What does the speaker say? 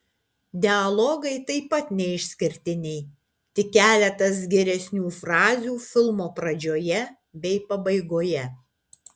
dialogai taip pat neišskirtiniai tik keletas geresnių frazių filmo pradžioje bei pabaigoje